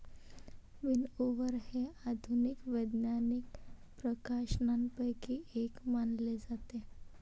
विनओवर हे आधुनिक वैज्ञानिक प्रकाशनांपैकी एक मानले जाते